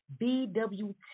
BWT